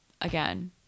again